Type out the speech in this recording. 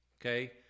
okay